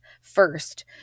First